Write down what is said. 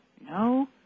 no